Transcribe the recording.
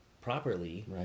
properly